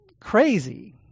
crazy